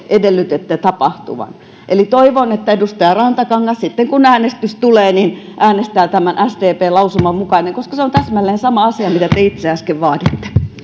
edellytitte tapahtuvan eli toivon että edustaja rantakangas sitten kun äänestys tulee äänestää tämän sdpn lausuman mukaan koska se on täsmälleen sama asia mitä te itse äsken vaaditte